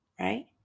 right